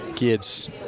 kids